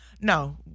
No